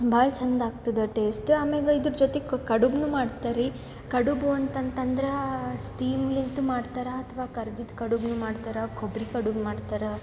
ಭಾಳ ಚಂದ ಆಗ್ತದೆ ಟೇಸ್ಟ್ ಆಮೇಲೆ ಇದ್ರ ಜೊತೆಗ್ ಕಡ್ಬು ಮಾಡ್ತಾರೆ ರೀ ಕಡಬು ಅಂತಂತಂದ್ರೆ ಸ್ಟೀಮ್ಲಿಂದು ಮಾಡ್ತಾರ ಅಥ್ವ ಕರ್ದಿದ್ದು ಕಡ್ಬು ಮಾಡ್ತಾರ ಕೊಬ್ಬರಿ ಕಡುಬು ಮಾಡ್ತಾರ